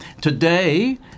today